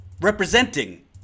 representing